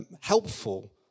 helpful